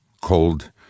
cold